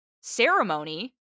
ceremony